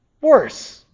Worse